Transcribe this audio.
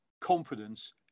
confidence